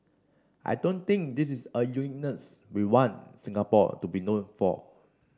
I don't think this is a uniqueness we want Singapore to be known for